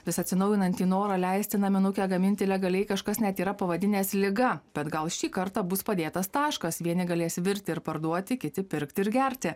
vis atsinaujinantį norą leisti naminukę gaminti legaliai kažkas net yra pavadinęs liga bet gal šį kartą bus padėtas taškas vieni galės virti ir parduoti kiti pirkti ir gerti